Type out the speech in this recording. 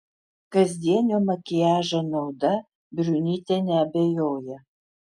kasdienio makiažo nauda briunytė neabejoja